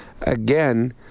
again